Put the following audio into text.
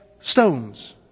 stones